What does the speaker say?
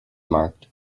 marked